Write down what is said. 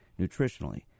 nutritionally